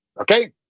Okay